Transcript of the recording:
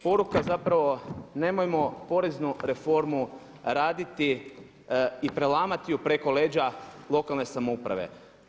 Poruka zapravo, nemojmo poreznu reformu raditi i prelamati ju preko leđa lokalne samouprave.